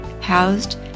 housed